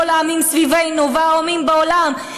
כל העמים סביבנו והעמים בעולם,